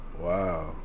Wow